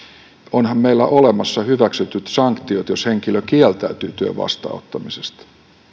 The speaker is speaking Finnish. onhan meillä olemassa hyväksytyt sanktiot jos henkilö kieltäytyy työn vastaanottamisesta